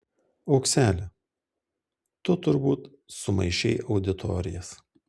aukseli tu turbūt sumaišei auditorijas